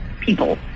people